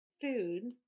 food